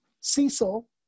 Cecil